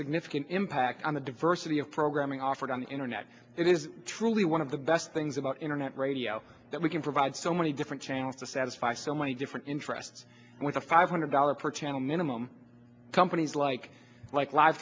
significant impact on the diversity of programming offered on the internet it is truly one of the best things about internet radio that we can provide so many different channels to satisfy so many different interests with a five hundred dollars per channel minimum companies like like li